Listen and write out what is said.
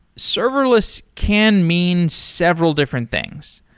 serverless can mean several different things.